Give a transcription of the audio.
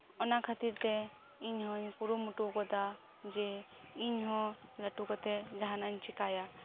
ᱚᱱᱟ ᱠᱷᱟᱹᱛᱤᱨ ᱛᱮ ᱤᱧᱦᱚᱧ ᱠᱩᱨᱩᱢᱩᱴᱩ ᱟᱠᱟᱫᱟ ᱡᱮ ᱤᱧ ᱦᱚ ᱞᱟᱹᱴᱩ ᱠᱟᱛᱮᱫ ᱡᱟᱦᱟᱱᱟᱜ ᱤᱧ ᱪᱤᱠᱟᱹᱭᱟ